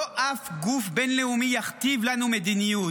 אף גוף בין-לאומי לא יכתיב לנו מדיניות.